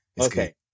okay